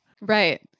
Right